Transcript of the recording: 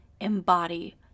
embody